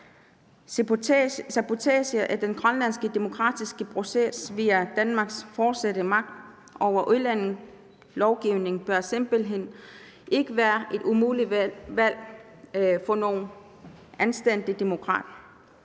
Sabotage af den grønlandske demokratiske proces via Danmarks fortsatte magt over udlændingelovgivningen bør simpelt hen ikke være et muligt valg for nogen anstændig demokrat.